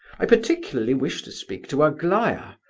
i particularly wish to speak to aglaya,